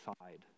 side